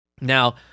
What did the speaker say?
Now